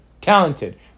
talented